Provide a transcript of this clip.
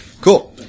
Cool